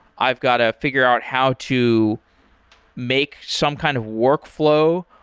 i've got to figure out how to make some kind of workflow,